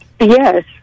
Yes